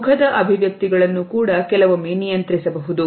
ಮುಖದ ಅಭಿವ್ಯಕ್ತಿಗಳನ್ನು ಕೂಡ ಕೆಲವೊಮ್ಮೆ ನಿಯಂತ್ರಿಸಬಹುದು